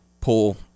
pull –